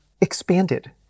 expanded